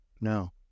no